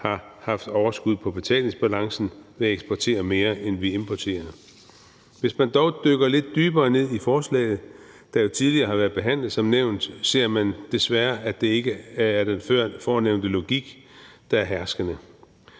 har haft overskud på betalingsbalancen ved at eksportere mere, end vi importerer. Hvis man dog dykker lidt dybere ned i forslaget, der jo som nævnt har været behandlet tidligere, ser man desværre, at det ikke er den førnævnte logik, der er herskende.